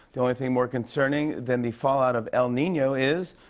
the only thing more concerning than the fallout of el nino is.